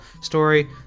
story